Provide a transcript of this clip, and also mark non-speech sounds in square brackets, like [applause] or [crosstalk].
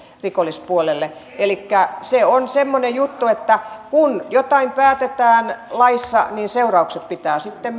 rikollispuolelle elikkä se on semmoinen juttu että kun jotain päätetään laissa niin seuraukset ja vaikutukset pitää sitten [unintelligible]